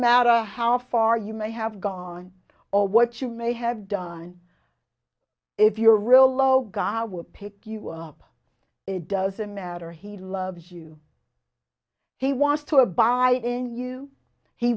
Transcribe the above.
matter how far you may have gone or what you may have done if your real low guy will pick you up it doesn't matter he loves you he wants to abide in you he